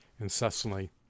incessantly